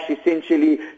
essentially